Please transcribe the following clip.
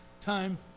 time